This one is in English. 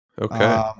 Okay